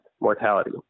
mortality